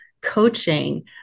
coaching